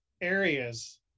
areas